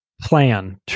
plan